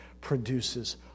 produces